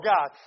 God